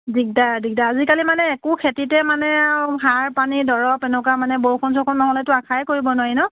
দিগদাৰ দিগদাৰ আজিকালি মানে একো খেতিতে মানে আৰু সাৰ পানী দৰৱ এনেকুৱা মানে বৰষুণ চৰষুণ নহ'লেতো আশাই কৰিব নোৱাৰি ন'